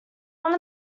one